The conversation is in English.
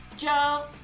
Joe